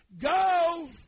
Go